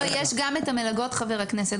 לא, יש גם את המלגות, חבר הכנסת.